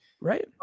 Right